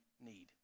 need